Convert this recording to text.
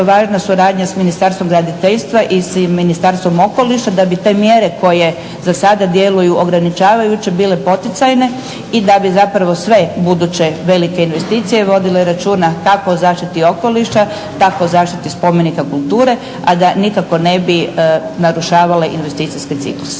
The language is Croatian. važna suradnja sa Ministarstvom graditeljstva i s Ministarstvom okoliša da bi te mjere koje za sada djeluju ograničavajuće bile poticajne i da bi zapravo sve buduće velike investicije vodile računa kako o zaštiti okoliša tako o zaštiti spomenika kulture, a da nikako ne bi narušavale investicijske cikluse.